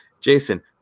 Jason